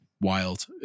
wild